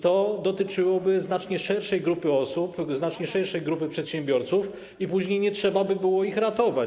To dotyczyłoby znacznie szerszej grupy osób, znacznie szerszej grupy przedsiębiorców i później nie trzeba by było ich ratować.